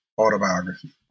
autobiography